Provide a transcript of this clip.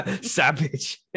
Savage